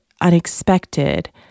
unexpected